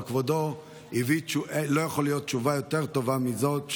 אבל לא יכולה להיות תשובה יותר טובה מזאת,